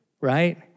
right